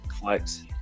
flex